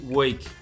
week